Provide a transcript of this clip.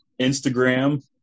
Instagram